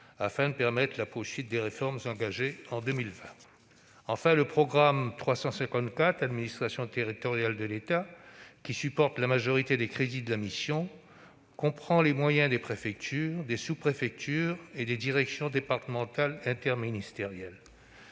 afin de permettre la poursuite des réformes engagées en 2020. Enfin, le programme 354, « Administration territoriale de l'État », qui supporte la majorité des crédits de la mission, comprend les moyens des préfectures, des sous-préfectures et des directions départementales interministérielles.